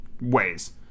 ways